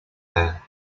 near